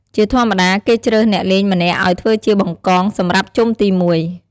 ជាធម្មតា គេជ្រើសអ្នកលេងម្នាក់ឱ្យធ្វើជា បង្កង សម្រាប់ជុំទីមួយ។